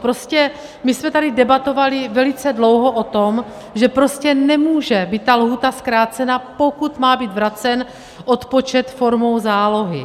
Prostě my jsme tady debatovali velice dlouho o tom, že prostě nemůže být ta lhůta zkrácena, pokud má být vracen odpočet formou zálohy.